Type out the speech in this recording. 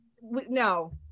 no